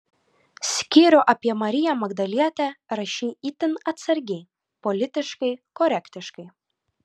skyrių apie mariją magdalietę rašei itin atsargiai politiškai korektiškai